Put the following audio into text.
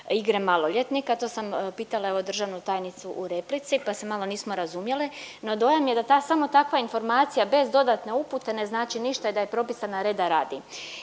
igre maloljetnika. To sam pitala evo državnu tajnicu u replici pa se malo nismo razumjele, no dojam je da samo takva informacija bez dodatne upute ne znači ništa i da je propisana reda radi.